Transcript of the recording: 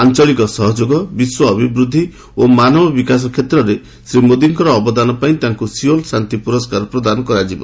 ଆଞ୍ଚଳିକ ସହଯୋଗ ବିଶ୍ୱ ଅଭିବୃଦ୍ଧି ଓ ମାନବ ବିକାଶ କ୍ଷେତ୍ରରେ ଶ୍ୱୀ ମୋଦିଙ୍କର ଅବଦାନ ପାଇଁ ତାଙ୍କୁ ସିଓଲ ଶାନ୍ତି ପୁରସ୍କାର ପ୍ରଦାନ କରାଯିବ